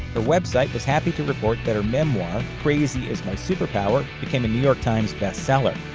her website was happy to report that her memoir, crazy is my superpower, became a new york times bestseller.